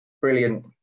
brilliant